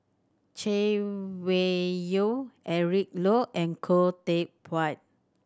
Chay Weng Yew Eric Low and Khoo Teck Puat